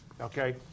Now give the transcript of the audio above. okay